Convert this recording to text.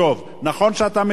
נכון שאתה מטפל,